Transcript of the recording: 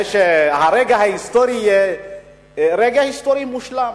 שהרגע ההיסטורי יהיה רגע היסטורי מושלם.